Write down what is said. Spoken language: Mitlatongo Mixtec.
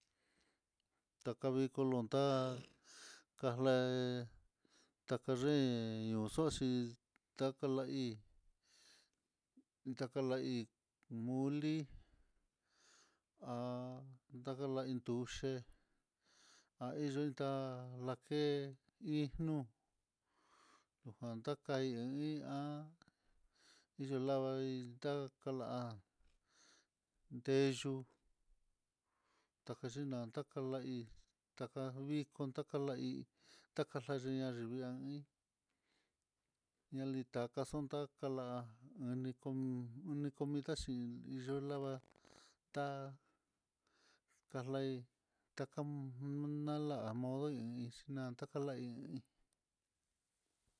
Taka vee kolontá, kale takayen o xuchí, takai ta ndakala hí moli ha, ndakalanduc í yenda lake idnú, lujan takai há yulavahi takan ndeyu, tajaxhinan takala hí tavinko takala hí, takala yi'i nayivia hí, ñalitaka xun taka la'á nikon nicomida xhin yu'u lava'a ta karlaí ta kan nala'á na modo iin xhina takalaí hí.